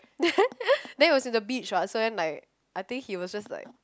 then it was in the beach what so then like I think he was just like